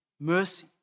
mercy